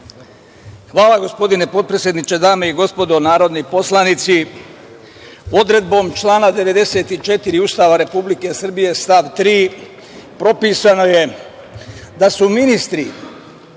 Hvala, gospodine potpredsedniče. Dame i gospodo narodni poslanici, odredbom člana 94. Ustava Republike Srbije, stav 3, propisano je da su ministri